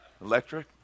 electric